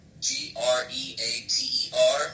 G-R-E-A-T-E-R